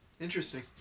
Interesting